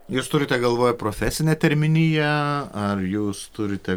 jūs turite galvoje profesinę terminiją ar jūs turite